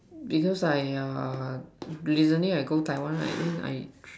because I err recently I go Taiwan right then I